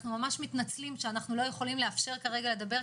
אנחנו ממש מתנצלים שאנחנו לא יכולים לאפשר כרגע לדבר,